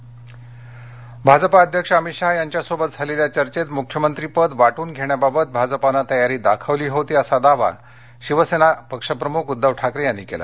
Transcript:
उद्भव ठाकरे भाजपा अध्यक्ष अमित शहा यांच्यासोबत झालेल्या चर्चेत मुख्यमंत्री पद वाट्रन घेण्याबाबत भाजपानं तयारी दाखवली होती असा दावा शिवसेना अध्यक्ष उद्धव ठाकरे यांनी केला